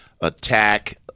attack –